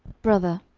brother,